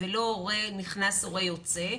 ולא הורה נכנס/הורה יוצא.